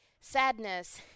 Sadness